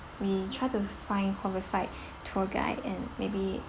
we try to find qualified tour guide and maybe